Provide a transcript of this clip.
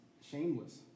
shameless